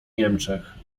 niemczech